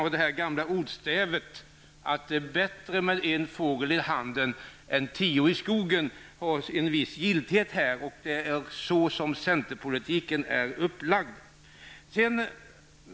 Det gamla ordstävet att det är bättre med en fågel i handen än tio i skogen har en viss giltighet. På den grunden är också centerpolitiken upplagd.